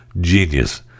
Genius